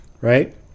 right